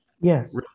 yes